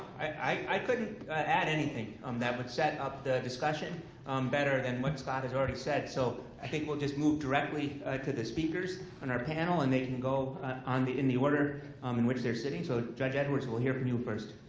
i couldn't add anything um that would set up the discussion better than what scott has already said. so i think we'll just move directly to the speakers on our panel. and they can go in the order um in which they're sitting. so judge edwards, we'll hear from you first.